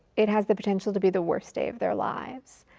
it has the potential to be the worst day of their lives.